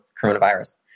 coronavirus